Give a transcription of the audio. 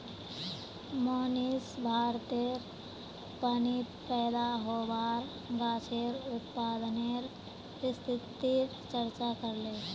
मोहनीश भारतेर पानीत पैदा होबार गाछेर उत्पादनेर स्थितिर चर्चा करले